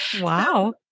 Wow